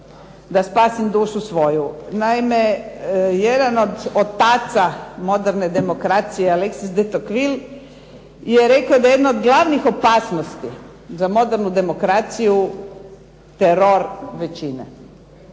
da spasim dušu svoju. Naime jedan od otaca moderne demokracije Alexis de Tocqueville je rekao da jedna od glavnih opasnosti za modernu demokraciju je teror većine.